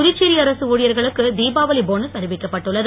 புதுச்சேரி அரசு ஊழியர்களுக்கு தீபாவளி போனஸ் அறிவிக்கப்பட்டுள்ளது